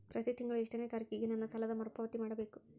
ಪ್ರತಿ ತಿಂಗಳು ಎಷ್ಟನೇ ತಾರೇಕಿಗೆ ನನ್ನ ಸಾಲದ ಮರುಪಾವತಿ ಮಾಡಬೇಕು?